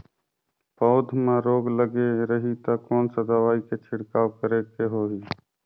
पौध मां रोग लगे रही ता कोन सा दवाई के छिड़काव करेके होही?